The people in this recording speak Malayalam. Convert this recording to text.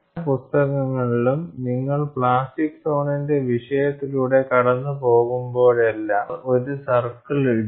പല പുസ്തകങ്ങളിലും നിങ്ങൾ പ്ലാസ്റ്റിക് സോണിൻറെ വിഷയത്തിലൂടെ കടന്നുപോകുമ്പോഴെല്ലാം അവർ ഒരു സർക്കിൾ ഇടും